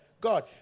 God